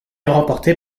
remportée